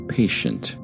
patient